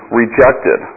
rejected